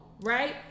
Right